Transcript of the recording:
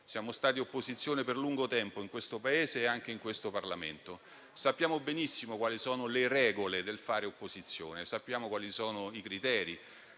Siamo stati opposizione per lungo tempo in questo Paese e anche in questo Parlamento. Sappiamo benissimo quali sono le regole del fare opposizione, sappiamo quali sono i criteri.